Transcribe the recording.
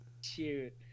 shoot